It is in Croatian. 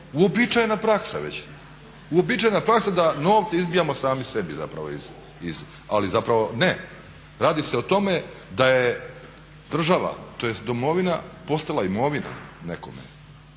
uobičajena praksa već, uobičajena praksa da novce izbijamo sami sebi zapravo iz. Ali zapravo ne, radi se o tome da je država, tj domovina postala imovina nekome.